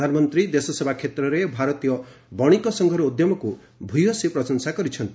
ପ୍ରଧାନମନ୍ତ୍ରୀ ଦେଶସେବା କ୍ଷେତ୍ରରେ ଭାରତୀୟ ବଣିକ ସଂଘର ଉଦ୍ୟମକ୍ତ ଭୟସୀ ପ୍ରଶଂସା କରିଛନ୍ତି